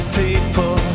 people